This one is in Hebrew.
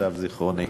למיטב זיכרוני.